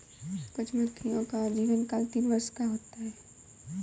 कुछ मधुमक्खियों का जीवनकाल तीन वर्ष का होता है